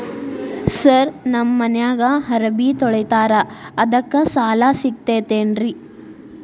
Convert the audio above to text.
Sir ನಮ್ಮ ಮನ್ಯಾಗ ಅರಬಿ ತೊಳಿತಾರ ಅದಕ್ಕೆ ಸಾಲ ಸಿಗತೈತ ರಿ?